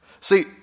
See